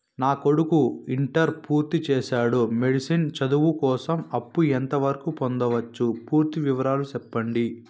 నా కొడుకు ఇంటర్ పూర్తి చేసాడు, మెడిసిన్ చదువు కోసం అప్పు ఎంత వరకు పొందొచ్చు? పూర్తి వివరాలు సెప్పండీ?